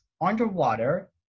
underwater